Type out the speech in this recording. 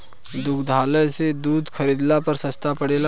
दुग्धालय से दूध खरीदला पर सस्ता पड़ेला?